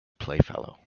playfellow